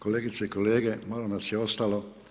Kolegice i kolege, malo nas je ostalo.